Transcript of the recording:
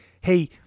Hey